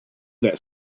that